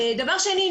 דבר שני,